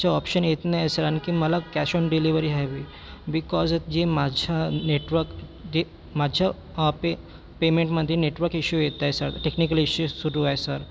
चे ऑप्शन येत नाही आहे सर आणखी मला कॅश ऑन डिलेव्हरी हवी बिकॉज जे माझ्या नेटवर्क डे माझ्या आपे पेमेंटमध्ये नेटवर्क इशू येत आहे सर टेक्निकली इशू सुरु आहे सर